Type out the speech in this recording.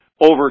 Over